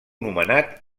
nomenat